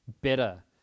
Better